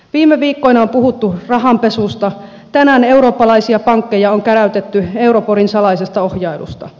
viime viikkoina on puhuttu rahanpesusta tänään eurooppalaisia pankkeja on käräytetty euriborin salaisesta ohjailusta